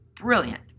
brilliant